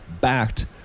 backed